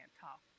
talk